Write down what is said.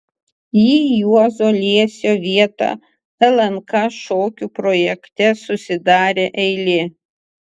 į juozo liesio vietą lnk šokių projekte susidarė eilė